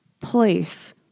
place